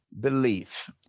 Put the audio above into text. belief